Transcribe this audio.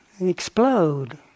explode